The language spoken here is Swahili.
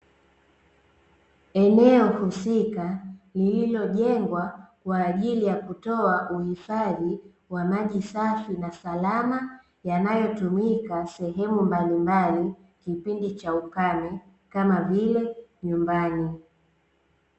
Eneo husika lililojengwa kwa ajili ya kutoa uhifadhi wa maji safi na salama yanayotumika sehemu mbalimbali kipindi cha ukame kama vile nyumbani .